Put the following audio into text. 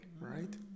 right